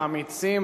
האמיצים,